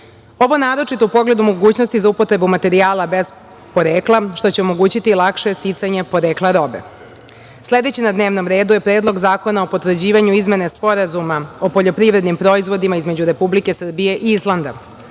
Ovo naročito u pogledu mogućnosti za upotrebu materijala bez porekla, što će omogućiti lakše sticanje porekla robe. Sledeći na dnevnom redu je Predlog zakona o potvrđivanju Izmene Sporazuma o poljoprivrednim proizvodima između Republike Srbije i Islanda. Ovim